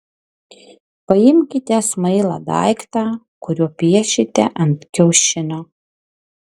paimkite smailą daiktą kuriuo piešite ant kiaušinio